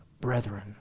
brethren